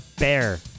B-E-A-R